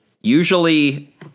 Usually